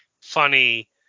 funny